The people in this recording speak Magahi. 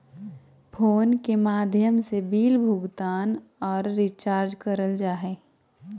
फोन पे के माध्यम से बिल भुगतान आर रिचार्ज करल जा हय